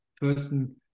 person